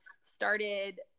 started